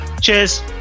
Cheers